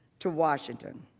to washington.